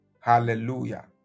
Hallelujah